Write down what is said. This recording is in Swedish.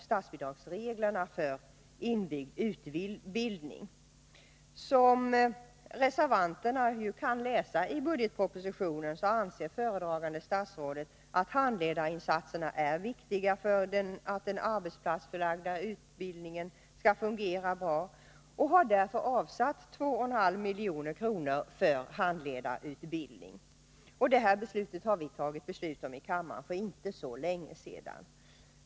Som reservanterna kan läsa i budgetpropositionen anser föredragande statsrådet att handledarinsatserna är viktiga för att den arbetsplatsförlagda utbildningen skall fungera bra och har därför avsatt 2,5 milj.kr. för handledarutbildning. Detta har vi tagit beslut om här i kammaren för inte så länge sedan.